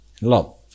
Love